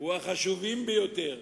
או החשובים ביותר,